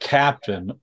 captain